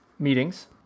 meetings